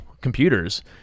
computers